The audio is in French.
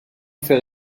fait